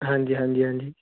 ਹਾਂਜੀ ਹਾਂਜੀ ਹਾਂਜੀ